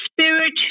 Spirit